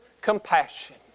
compassion